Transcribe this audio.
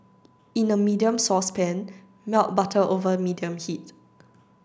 in a medium saucepan melt butter over medium heat